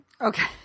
Okay